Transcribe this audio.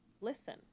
Listen